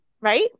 right